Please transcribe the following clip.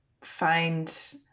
find